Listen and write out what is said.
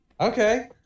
Okay